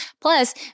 Plus